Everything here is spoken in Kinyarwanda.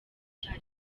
cya